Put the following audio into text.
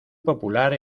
popular